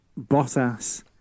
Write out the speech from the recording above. Bottas